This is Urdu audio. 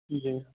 جی